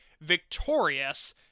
victorious